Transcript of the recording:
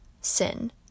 sin